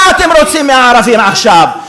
מה אתם רוצים מהערבי עכשיו,